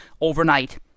overnight